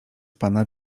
pana